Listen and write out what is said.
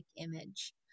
image